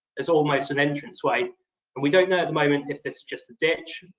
it's almost an entranceway. and we don't know at the moment if this is just a ditch.